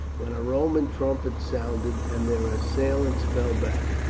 when a roman trumpet sounded and their assailants fell back.